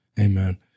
Amen